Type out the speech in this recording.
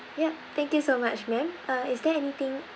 yup thank you so much ma'am uh is there anything